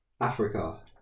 Africa